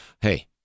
Hey